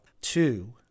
Two